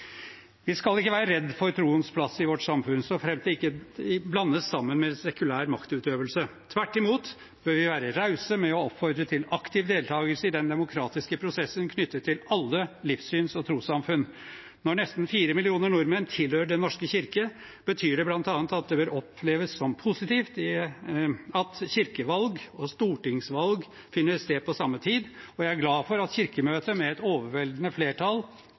Vi skal ikke være redd for troens plass i vårt samfunn, så fremt det ikke blandes sammen med sekulær maktutøvelse. Tvert imot bør vi være rause med å oppfordre til aktiv deltakelse i den demokratiske prosessen knyttet til alle livssyns- og trossamfunn. Når nesten fire millioner nordmenn tilhører Den norske kirke, betyr det bl.a. at det vil oppleves som positivt at kirkevalg og stortingsvalg finner sted på samme tid, og jeg er glad for at Kirkemøtet med et overveldende flertall